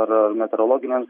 ar meteorologinėms